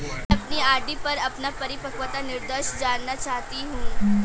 मैं अपनी आर.डी पर अपना परिपक्वता निर्देश जानना चाहती हूँ